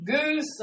Goose